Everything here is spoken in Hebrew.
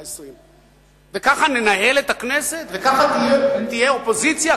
וככה ננהל את הכנסת וככה תהיה אופוזיציה,